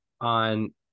on